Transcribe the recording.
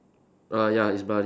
err ya it's bloody